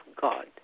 God